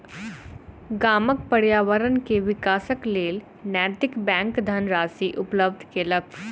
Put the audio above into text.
गामक पर्यावरण के विकासक लेल नैतिक बैंक धनराशि उपलब्ध केलक